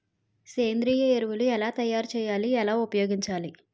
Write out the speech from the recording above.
సేంద్రీయ ఎరువులు ఎలా తయారు చేయాలి? ఎలా ఉపయోగించాలీ?